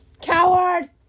Coward